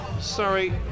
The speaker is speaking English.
sorry